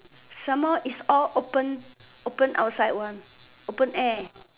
some more is all open outside one open open air